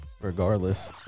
Regardless